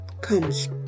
comes